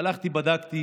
הלכתי ובדקתי